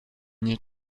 nie